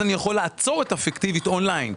אני יכול לעצור את הפיקטיבית און-ליין.